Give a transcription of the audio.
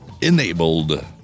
enabled